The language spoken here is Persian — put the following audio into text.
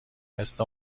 مثل